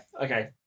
Okay